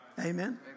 Amen